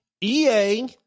EA